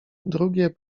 drugie